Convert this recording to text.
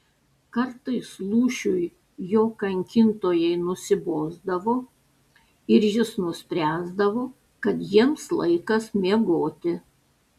kartais lūšiui jo kankintojai nusibosdavo ir jis nuspręsdavo kad jiems laikas miegoti